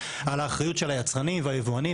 על האחריות של היצרנים והיבואנים,